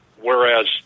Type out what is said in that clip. Whereas